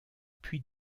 puy